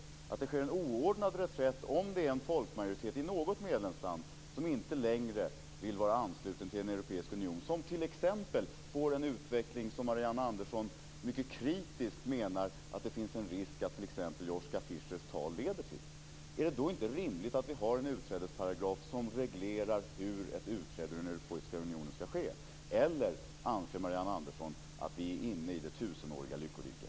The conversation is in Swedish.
Är det bättre att det sker en oordnad reträtt, om det är en folkmajoritet i något medlemsland som inte längre vill vara ansluten till en europeisk union, som leder till en utveckling som Marianne Andersson mycket kritiskt menar att det finns en risk att t.ex. Joschka Fischers tal leder till. Är det då inte rimligt att vi har en utträdesparagraf som reglerar hur ett utträde ur den europeiska unionen ska ske? Eller anser Marianne Andersson att vi är inne i det tusenåriga lyckoriket?